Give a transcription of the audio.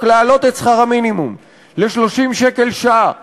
להעלאת שכר המינימום ל-30 שקל לשעה.